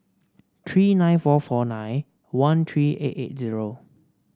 three nine four four nine one three eight eight zero